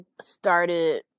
started